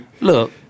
Look